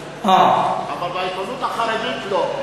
ובעיתונות החרדית לא.